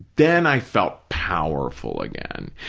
then i felt powerful again.